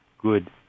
good